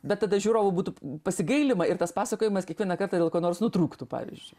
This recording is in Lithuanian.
bet tada žiūrovų būtų pasigailima ir tas pasakojimas kiekvieną kartą dėl ko nors nutrūktų pavyzdžiui